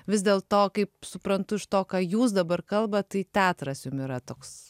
vis dėlto kaip suprantu iš to ką jūs dabar kalbat tai teatras jums yra toks